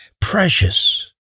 Precious